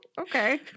okay